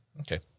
Okay